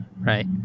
right